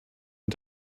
und